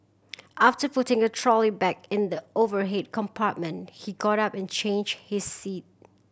after putting a trolley bag in the overhead compartment he got up and changed his seat